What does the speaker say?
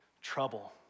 trouble